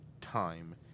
time